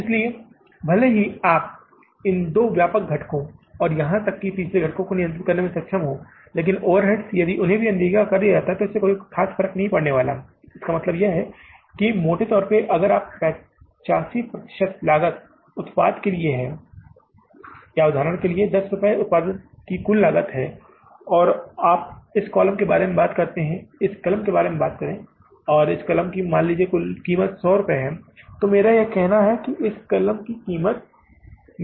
इसलिए भले ही आप इन दो व्यापक घटकों और यहां तक कि तीसरे घटक को नियंत्रित करने में सक्षम हों अन्य ओवरहेड्स यदि उन्हें भी अनदेखा किया जाता है तो इससे कोई फर्क नहीं पड़ने वाला है इसका मतलब यह है कि मोटे तौर पर इसका मतलब है कि अगर 85 प्रतिशत की लागत उत्पाद के लिए है उदाहरण के लिए 10 रुपये उत्पाद की कुल लागत है अगर आप इस कलम के बारे में बात करते हैं और इस कलम की कीमत 100 रुपये है तो हमारा कहना है कि इस कलम की कीमत 100 रुपये है